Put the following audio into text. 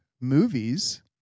movies